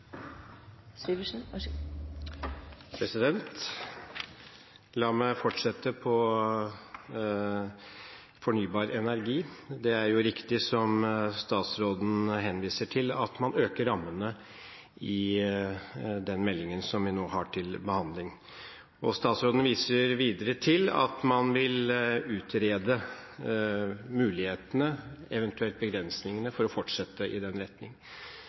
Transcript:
riktig som statsråden henviser til, at man øker rammene i den meldingen som vi nå har til behandling. Statsråden viser videre til at man vil utrede mulighetene, eventuelt begrensningene, for å fortsette i den retning.